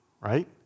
right